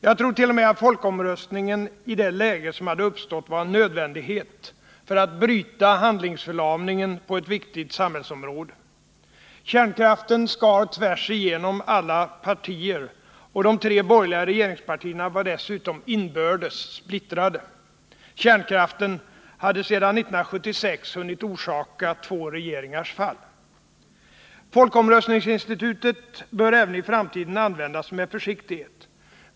Jag tror t.o.m. att folkomröstningen i det läge som hade uppstått var en nödvändighet för att bryta handlingsförlamningen på ett viktigt samhällsområde. Frågan om kärnkraften skar tvärs genom alla partier, och dessutom var de tre borgerliga regeringspartierna inbördes splittrade. Kärnkraften hade sedan 1976 hunnit orsaka två regeringas fall. Folkomröstningsinstitutet bör även i framtiden användas med försiktighet.